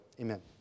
Amen